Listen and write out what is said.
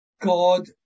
god